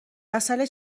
مسئله